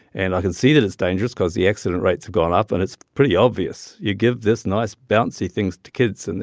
and i can see that it's dangerous cause the accident rates have gone up, and it's pretty obvious. you give this nice bouncy thing to kids, and